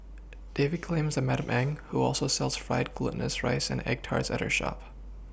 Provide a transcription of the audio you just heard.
David claims that Madam Eng who also sells fried Glutinous rice and egg Tarts at her shop